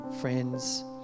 friends